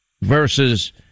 versus